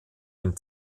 dem